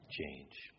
change